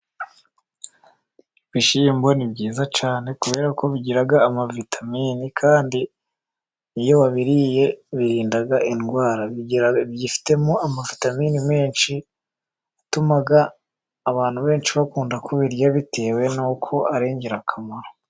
Ibishyimbo ni byiza cyane kubera ko bigira amavitamini, kandi iyo babiriye birinda indwara. Byifitemo amavitamini menshi atuma abantu benshi bakunda kubirya, bitewe n'uko ari ingirakamaro.